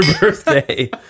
birthday